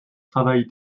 travail